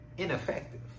Ineffective